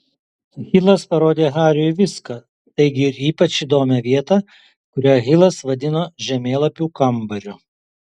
hilas parodė hariui viską taigi ir ypač įdomią vietą kurią hilas vadino žemėlapių kambariu